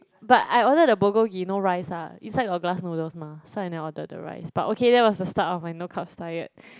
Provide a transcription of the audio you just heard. but I ordered the bulgogi no rice ah inside got glass noodles mah so I never ordered the rice but okay that was the start of my no carbs diet